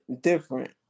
different